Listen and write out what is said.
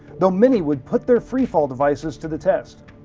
though many would put their free fall devices to the test.